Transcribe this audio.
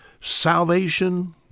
Salvation